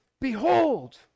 Behold